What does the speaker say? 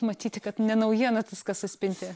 matyti kad ne naujiena tas kasas pinti